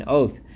oath